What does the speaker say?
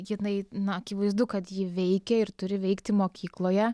jinai na akivaizdu kad ji veikia ir turi veikti mokykloje